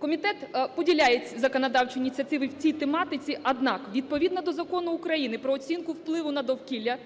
комітет поділяє законодавчі ініціативи в цій тематиці. Однак, відповідно до Закону України "Про оцінку впливу на довкілля"